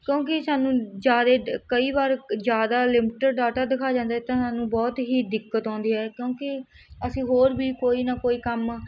ਕਿਉਂਕਿ ਸਾਨੂੰ ਜ਼ਿਆਦਾ ਕਈ ਵਾਰ ਜ਼ਿਆਦਾ ਲਿਮਿਟਡ ਡਾਟਾ ਦਿਖਾ ਜਾਂਦੇ ਤਾਂ ਸਾਨੂੰ ਬਹੁਤ ਹੀ ਦਿੱਕਤ ਆਉਂਦੀ ਹੈ ਕਿਉਂਕਿ ਅਸੀਂ ਹੋਰ ਵੀ ਕੋਈ ਨਾ ਕੋਈ ਕੰਮ